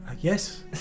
Yes